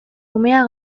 umeak